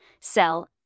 sell